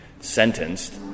sentenced